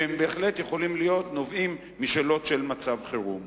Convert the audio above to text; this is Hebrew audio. שבהחלט יכולים להיות נובעים משאלות של מצב חירום.